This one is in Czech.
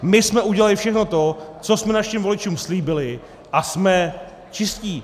My jsme udělali všechno to, co jsme našim voličům slíbili, a jsme čistí.